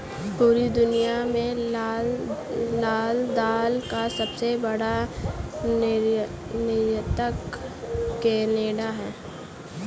पूरी दुनिया में लाल दाल का सबसे बड़ा निर्यातक केनेडा है